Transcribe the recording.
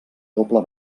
doble